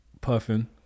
puffing